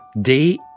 day